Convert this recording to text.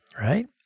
right